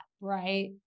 right